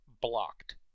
blocked